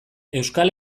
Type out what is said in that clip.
euskal